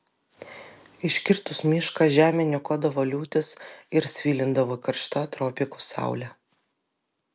iškirtus mišką žemę niokodavo liūtys ir svilindavo karšta tropikų saulė